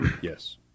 Yes